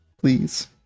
please